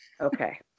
Okay